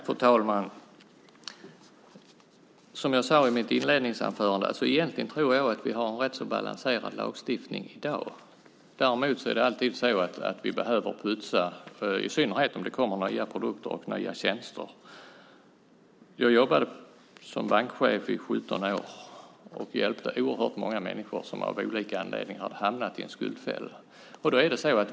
Fru talman! Som jag sade i mitt inledningsanförande tror jag egentligen att vi i dag har en rätt balanserad lagstiftning. Däremot behöver vi alltid putsa på den, i synnerhet om det kommer nya produkter och nya tjänster. Jag jobbade som bankchef i 17 år och hjälpte oerhört många människor som av olika anledningar hade hamnat i en skuldfälla.